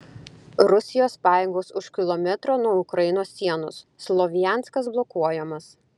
rusijos pajėgos už kilometro nuo ukrainos sienos slovjanskas blokuojamas